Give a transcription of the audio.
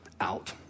out